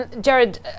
Jared